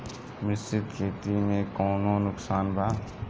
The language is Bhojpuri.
मिश्रित खेती से कौनो नुकसान वा?